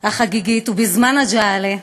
החגיגית ובזמן הג'עלה,